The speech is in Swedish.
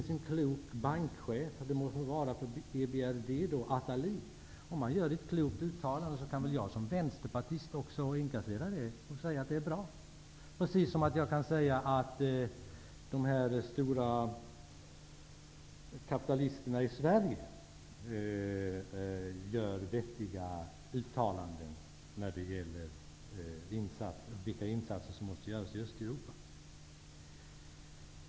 Om en klok bankchef, det må vara i EBRD, gör ett klokt uttalande kan det väl inte vara något fel i att jag som vänsterpartist tycker att det är bra, precis som jag kan säga att de stora kapitalisterna i Sverige gör vettiga uttalanden om vilka insatser som måste göras i Östeuropa.